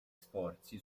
sforzi